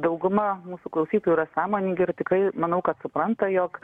dauguma mūsų klausytojų yra sąmoningi ir tikrai manau kad supranta jog